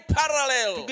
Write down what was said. parallel